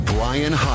Brian